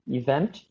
event 。